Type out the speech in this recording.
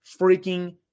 freaking